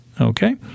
Okay